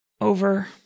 over